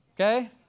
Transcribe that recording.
Okay